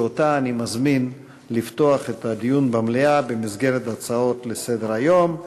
שאותה אני מזמין לפתוח את הדיון במליאה במסגרת הצעות לסדר-היום.